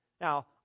Now